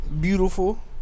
Beautiful